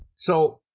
so,